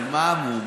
על מה המהומה?